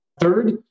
Third